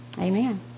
Amen